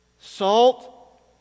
salt